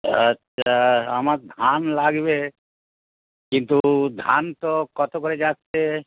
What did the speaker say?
আচ্ছা আমার ধান লাগবে কিন্তু ধান তো কত করে যাচ্ছে